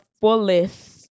fullest